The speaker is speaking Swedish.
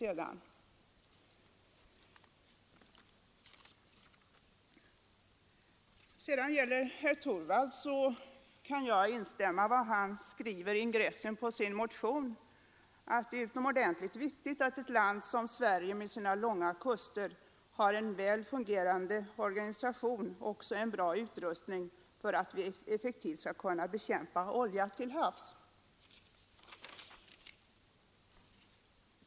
Jag kan också instämma i vad herr Torwald skriver i ingressen till sin motion, nämligen att det är utomordentligt viktigt att ett land som Sverige med sina långa kuster har en väl fungerande organisation och också en bra utrustning för att effektivt kunna bekämpa olja till havs.